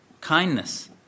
kindness